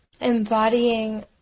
embodying